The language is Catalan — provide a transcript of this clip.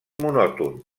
monòton